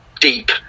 deep